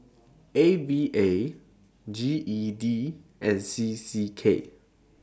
A V A G E D and C C K